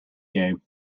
game